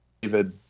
david